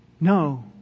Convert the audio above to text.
no